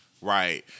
Right